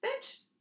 Bitch